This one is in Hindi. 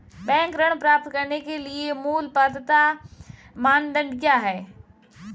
बैंक ऋण प्राप्त करने के लिए मूल पात्रता मानदंड क्या हैं?